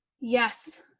Yes